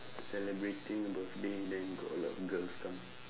celebrating birthday then got a lot of girls come